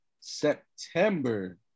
September